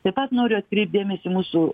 taip pat noriu atkreipt dėmesį į mūsų